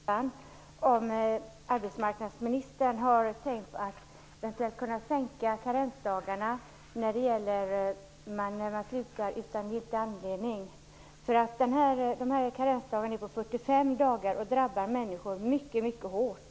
Fru talman! Jag har en följdfråga som gäller akassan. Har arbetsmarknadsministern eventuellt tänkt sänka karensdagarna för de människor som slutar utan giltig anledning? I de här fallen är det 45 karensdagar, och det drabbar människor mycket hårt.